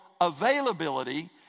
availability